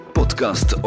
podcast